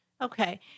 Okay